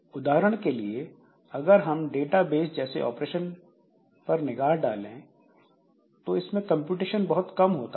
उदाहरण के लिए अगर हम डेटाबेस जैसे ऑपरेशन पर निगाह डालें इसमें कंप्यूटेशन बहुत कम होता है